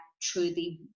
truly